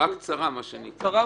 הערה קצרה מאוד: